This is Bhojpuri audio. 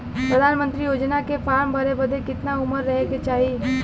प्रधानमंत्री योजना के फॉर्म भरे बदे कितना उमर रहे के चाही?